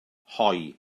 hoe